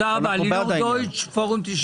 אנחנו בעד העניין, כמובן